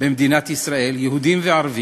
במדינת ישראל, יהודים וערבים,